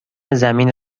زمین